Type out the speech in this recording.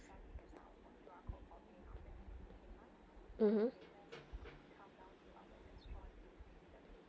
mmhmm